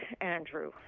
Andrew